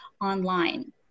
online